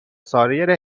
سایر